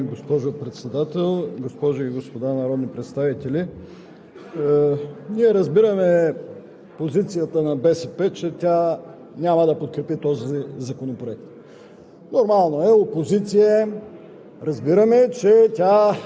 Уважаема госпожо Председател, госпожи и господа народни представители! Ние разбираме